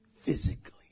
physically